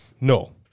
No